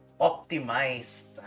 optimized